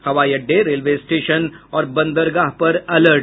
हवाई अड्डे railway station और बंदरगाह पर अलर्ट